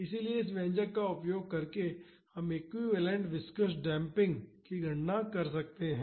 इसलिए इस व्यंजक का उपयोग करके हम एक्विवैलेन्ट विस्कॉस डेम्पिंग की गणना कर सकते हैं